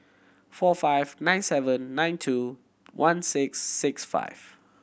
four five nine seven nine two one six six five